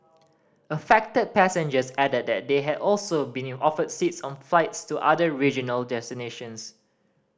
affected passengers added that they had also been offered seats on flights to other regional destinations